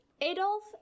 Adolf